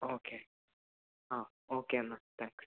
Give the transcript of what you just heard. okay ആ okay എന്നാല് thanks